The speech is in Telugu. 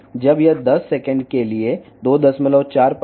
ఇది 10 సెకన్ల పాటు 2